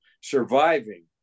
surviving